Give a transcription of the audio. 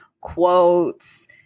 quotes